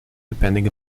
depending